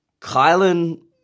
Kylan